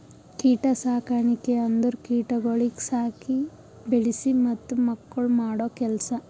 ಕೀಟ ಸಾಕಣಿಕೆ ಅಂದುರ್ ಕೀಟಗೊಳಿಗ್ ಸಾಕಿ, ಬೆಳಿಸಿ ಮತ್ತ ಮಕ್ಕುಳ್ ಮಾಡೋ ಕೆಲಸ